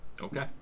Okay